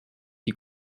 qui